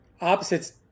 opposites